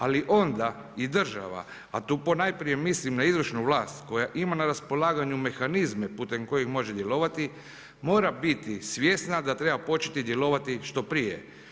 Ali onda i država a tu ponajprije mislim na izvršnu vlast koja ima na raspolaganju mehanizme putem kojih može djelovati, mora biti svjesna da treba početi djelovati što prije.